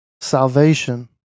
salvation